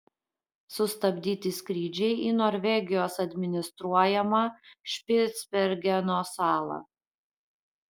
sustabdyti skrydžiai į norvegijos administruojamą špicbergeno salą